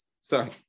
Sorry